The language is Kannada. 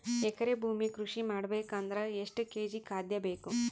ಎಕರೆ ಭೂಮಿ ಕೃಷಿ ಮಾಡಬೇಕು ಅಂದ್ರ ಎಷ್ಟ ಕೇಜಿ ಖಾದ್ಯ ಬೇಕು?